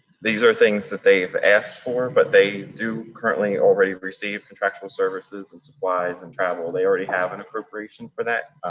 these are things that they've asked for, but they do currently already receive contractual services and supplies and travel. they already have an appropriation for that.